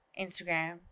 Instagram